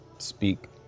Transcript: speak